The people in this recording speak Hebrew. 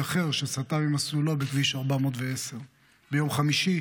אחר שסטה ממסלולו בכביש 410. ביום חמישי